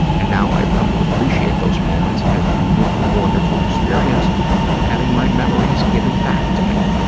and now i've come to appreciate those moments as a uniquely wonderful experience of having my memories given back to me,